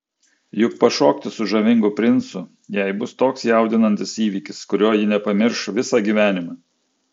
juk pašokti su žavingu princu jai bus toks jaudinantis įvykis kurio ji nepamirš visą gyvenimą